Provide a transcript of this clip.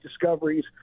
discoveries